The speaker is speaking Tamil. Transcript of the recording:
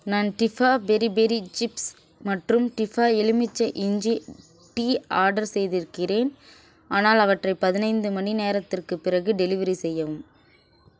நான் டிஃபா பெரி பெரி சிப்ஸ் மற்றும் டிஃபா எலுமிச்சை இஞ்சி டீ ஆர்டர் செய்திருக்கிறேன் ஆனால் அவற்றை பதினைந்து மணி நேரத்திற்குப் பிறகு டெலிவரி செய்யவும்